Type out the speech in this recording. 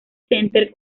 center